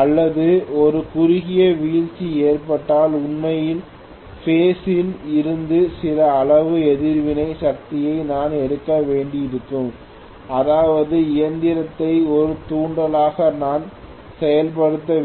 அல்லது ஒரு குறுகிய வீழ்ச்சி ஏற்பட்டால் உண்மையில் பேஸ் இல் இருந்து சில அளவு எதிர்வினை சக்தியை நான் எடுக்க வேண்டியிருக்கும் அதாவது இயந்திரத்தை ஒரு தூண்டலாக நான் செயல்படுத்த வேண்டும்